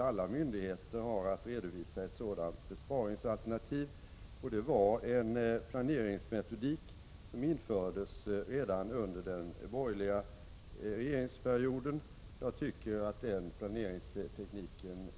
Alla myndigheter har att redovisa ett sådant besparingsalternativ, och det är en planeringsmetodik som infördes redan under den borgerliga regeringsperioden. Jag tycker att den planeringstekniken är ändamålsenlig. 85 Prot.